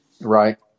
Right